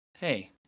Hey